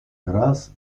gras